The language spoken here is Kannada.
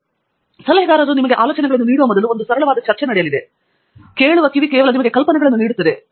ಮತ್ತು ಸರಳ ಚರ್ಚೆಯಂತೆ ಅಭಿಜಿತ್ ಹೇಳಿದಂತೆ ಸಲಹೆಗಾರನು ನಿಮಗೆ ಆಲೋಚನೆಗಳನ್ನು ನೀಡುವ ಮೊದಲು ಒಂದು ಸರಳವಾದ ಚರ್ಚೆ ನಡೆಯಲಿದೆ ಕೇಳುವ ಕಿವಿ ಕೇವಲ ನಿಮಗೆ ಕಲ್ಪನೆಗಳನ್ನು ನೀಡುತ್ತದೆ